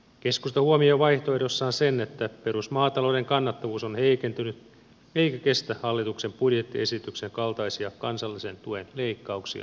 keskusta huomioi vaihtoehdossaan sen että perusmaatalouden kannattavuus on heikentynyt eikä kestä hallituksen budjettiesityksen kaltaisia kansallisen tuen leikkauksia